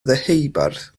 deheubarth